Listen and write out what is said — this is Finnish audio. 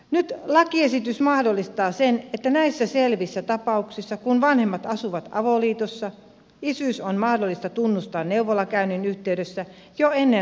nyt lakiesitys mahdollistaa sen että näissä selvissä tapauksissa kun vanhemmat asuvat avoliitossa isyys on mahdollista tunnustaa neuvolakäynnin yhteydessä jo ennen lapsen syntymää